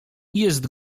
jest